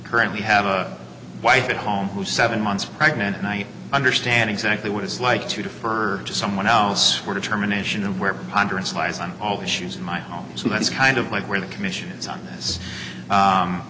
currently have a wife at home who's seven months pregnant and i understand exactly what it's like to defer to someone else for determination of where hundreds of lies on all the issues in my home so that's kind of like where the commissions on this